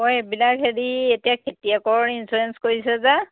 অঁ এইবিলাক হেৰি এতিয়া খেতিয়কৰ ইঞ্চুৰেঞ্চ কৰিছে যে